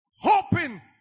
hoping